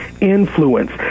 influence